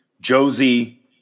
Josie